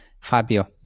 Fabio